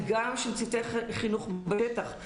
וגם של צוותי חינוך הקיימים,